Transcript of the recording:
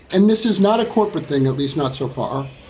and this is not a corporate thing, at least not so far.